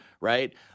right